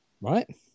right